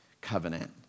covenant